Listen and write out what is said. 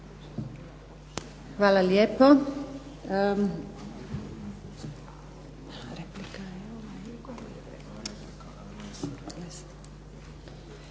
Hvala lijepa.